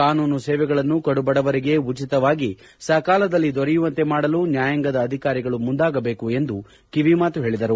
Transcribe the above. ಕಾನೂನು ಸೇವೆಗಳನ್ನು ಕೆಡು ಬಡವರಿಗೆ ಉಚಿತವಾಗಿ ಸಕಾಲದಲ್ಲಿ ದೊರೆಯುವಂತೆ ಮಾಡಲು ನ್ಯಾಯಾಂಗದ ಅಧಿಕಾರಿಗಳು ಮುಂದಾಗಬೇಕು ಎಂದು ಕಿವಿಮಾತು ಹೇಳಿದರು